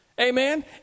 Amen